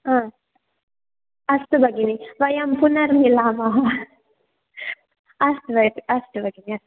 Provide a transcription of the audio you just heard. हा अस्तु भगिनि वयं पुनर्मिलामः अस्तु भ अस्तु भगिनि अस्तु